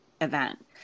event